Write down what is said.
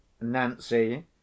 Nancy